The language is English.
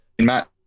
Matt